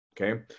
okay